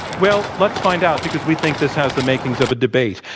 well, let's find out because we think this has the makings of a debate.